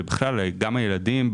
וגם ילדים,